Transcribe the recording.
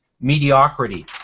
mediocrity